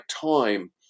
time